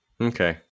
Okay